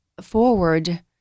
forward